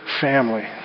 family